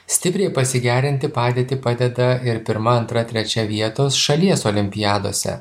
stipriai pasigerinti padėtį padeda ir pirma antra trečia vietos šalies olimpiadose